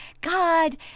God